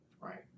Right